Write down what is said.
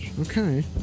Okay